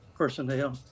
personnel